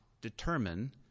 determine